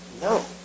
No